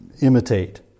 imitate